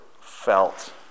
felt